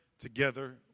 together